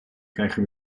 krijgen